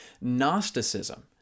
Gnosticism